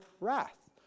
wrath